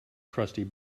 crusty